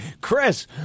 Chris